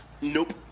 Nope